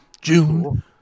June